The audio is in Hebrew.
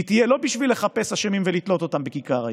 והיא תהיה לא בשביל לחפש אשמים ולתלות אותם בכיכר העיר,